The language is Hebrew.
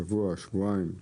שבוע-שבועיים,